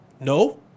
No